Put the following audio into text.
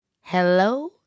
Hello